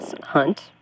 hunt